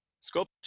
scope